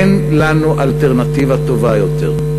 אין לנו אלטרנטיבה טובה יותר,